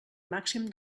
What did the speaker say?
màxim